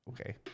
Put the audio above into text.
okay